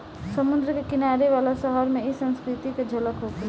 समुंद्र के किनारे वाला शहर में इ संस्कृति के झलक होला